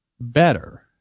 better